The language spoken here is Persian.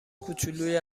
کوچلوی